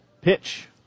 pitch